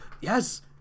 Yes